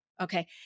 Okay